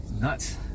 Nuts